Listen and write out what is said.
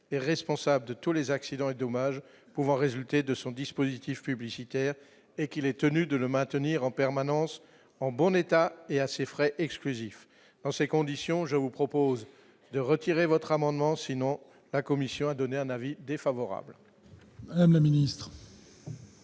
responsable de tous les accidents et dommages pouvant résulter de son dispositif publicitaire et qu'il est tenu de le maintenir en permanence en bon état et assez frais exclusifs dans ces conditions, je vous propose de retirer votre amendement sinon la Commission a donné un avis défavorable.